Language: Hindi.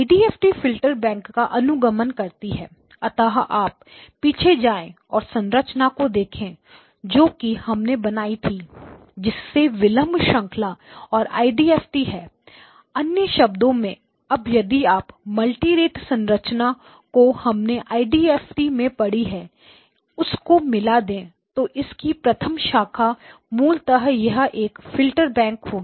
IDFT फिल्टर बैंक का अनुगमन करती है अतः आप पीछे जाएं और संरचना को देखें जो कि हमने बनाई थी जिसमें विलंब श्रंखला और IDFT है अन्य शब्दों में अब यदि आप मल्टीरेट संरचना जो हमने आईडीएफटी IDFT में पड़ी है उसको मिला दें तो इसकी प्रथम शाखा मूल तय है एक फिल्टर बैंक होगी